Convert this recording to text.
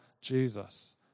Jesus